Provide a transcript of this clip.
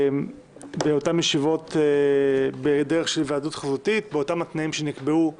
באותן ישיבות בדרך של היוועדות חזותית באותם התנאים שנקבעו בזמנו.